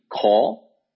Call